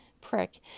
prick